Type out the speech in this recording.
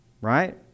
Right